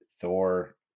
Thor